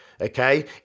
okay